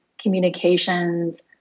communications